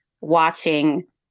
watching